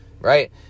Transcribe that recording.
right